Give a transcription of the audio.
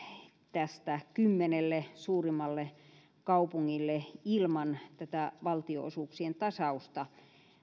tästä menee kymmenelle suurimmalle kaupungille ilman tätä valtionosuuksien tasausta